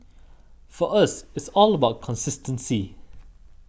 for us it's all about consistency